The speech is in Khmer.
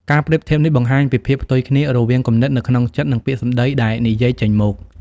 ការប្រៀបធៀបនេះបង្ហាញពីភាពផ្ទុយគ្នារវាង គំនិតនៅក្នុងចិត្ត និង ពាក្យសម្ដីដែលនិយាយចេញមក។